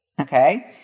okay